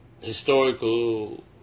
historical